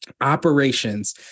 Operations